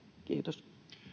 kiitos